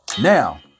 Now